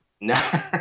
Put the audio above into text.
No